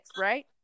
right